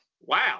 wow